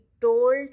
told